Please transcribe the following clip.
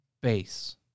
base